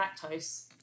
lactose